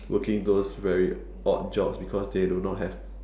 working towards very odd jobs because they do not have